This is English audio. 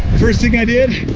first thing i did,